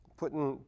putting